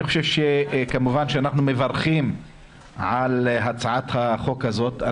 אנחנו מברכים על הצעת החוק הזאת.